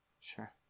Sure